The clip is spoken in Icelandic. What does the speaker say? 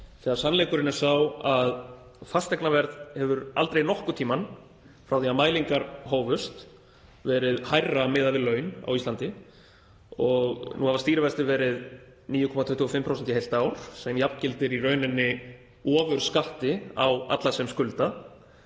þegar sannleikurinn er sá að fasteignaverð hefur aldrei nokkurn tímann frá því að mælingar hófust verið hærra miðað við laun á Íslandi og nú hafa stýrivextir verið 9,25% í heilt ár, sem jafngildir í raun ofurskatti á alla sem skulda.